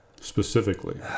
Specifically